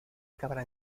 acabará